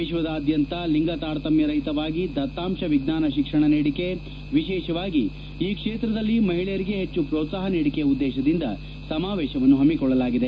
ವಿಶ್ವಾದ್ಯಂತ ಲಿಂಗತಾರತಮ್ಯ ರಹಿತವಾಗಿ ದತ್ತಾಂಶ ವಿಜ್ಞಾನ ಶಿಕ್ಷಣ ನೀಡಿಕೆ ವಿಶೇಷವಾಗಿ ಈ ಕ್ಷೇತ್ರದಲ್ಲಿ ಮಹಿಳೆಯರಿಗೆ ಹೆಚ್ಚು ಪ್ರೋತ್ಲಾಪ ನೀಡಿಕೆ ಉದ್ದೇಶದಿಂದ ಸಮಾವೇಶವನ್ನು ಹಮ್ಮಿಕೊಳ್ಳಲಾಗಿದೆ